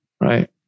right